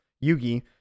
Yu-Gi